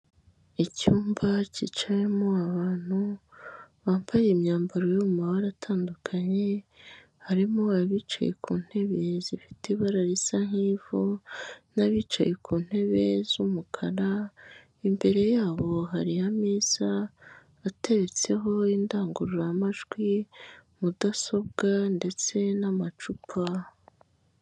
Icyumba cyicayemo abantu bambaye imyambaro yo mu mabara atandukanye, harimo abicaye ku ntebe zifite ibara risa nk'ivu n'abicaye ku ntebe z'umukara, imbere yabo hari ameza ateretseho indangururamajwi, mudasobwa ndetse n'amacupa.